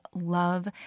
love